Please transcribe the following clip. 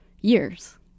years